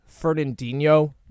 Fernandinho